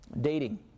dating